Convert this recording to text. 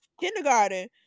kindergarten